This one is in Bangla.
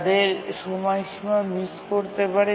তাদের সময়সীমাটি মিস করতে পারে